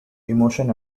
emotion